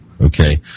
okay